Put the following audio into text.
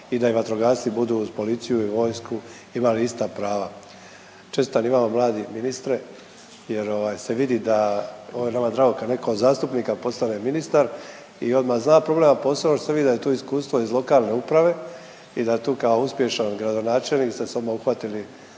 i da i vatrogasci budu uz policiju i vojsku i imali ista prava. Čestitam i vama mladi ministre jer ovaj se vidi da, ovo je nama drago kad neko od zastupnika postane ministar i odma zna …/Govornik se ne razumije/… posao što se vidi da je to iskustvo iz lokalne uprave i da tu kao uspješan gradonačelnik ste se odmah uhvatili